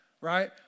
right